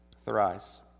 thrice